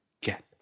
get